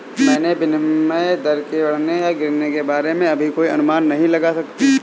मैं विनिमय दर के बढ़ने या गिरने के बारे में अभी कोई अनुमान नहीं लगा सकती